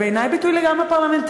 בעיני זה ביטוי לגמרי פרלמנטרי.